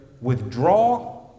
withdraw